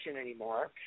anymore